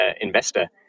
investor